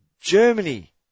Germany